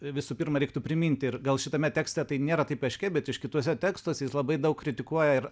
visų pirma reiktų priminti ir gal šitame tekste tai nėra taip aiškiai bet iš kituose tekstuose jis labai daug kritikuoja ir